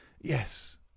Yes